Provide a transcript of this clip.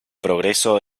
progreso